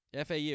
FAU